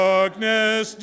Darkness